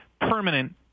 permanent